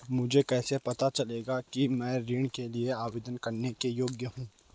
मुझे कैसे पता चलेगा कि मैं ऋण के लिए आवेदन करने के योग्य हूँ?